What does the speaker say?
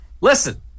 Listen –